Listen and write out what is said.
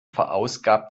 verausgabt